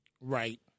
Right